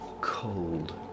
cold